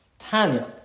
Tanya